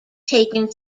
taken